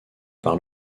par